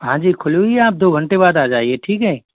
हाँ जी खुली हुई है आप दो घंटे बाद आ जाइए ठीक है